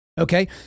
okay